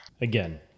again